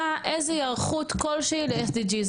איזו היערכות כלשהי ל-SDG.